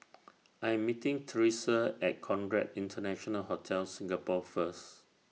I Am meeting Theresa At Conrad International Hotel Singapore First